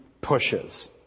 pushes